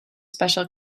special